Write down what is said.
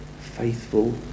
faithful